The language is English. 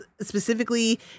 specifically